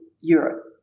Europe